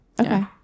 Okay